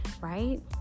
right